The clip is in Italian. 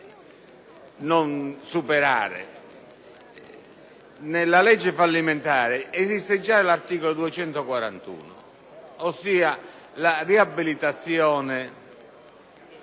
non superare: nella legge fallimentare esiste gial’articolo 241, ossia la riabilitazione